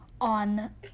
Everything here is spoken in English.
On